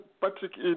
Patrick